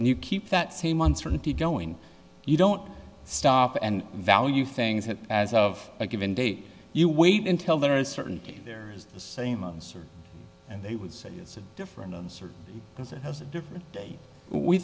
and you keep that same uncertainty going you don't stop and value things that as of a given date you wait until there is certainty there is the same serve and they would say it's a different answer because it has a different day we